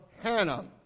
Hannah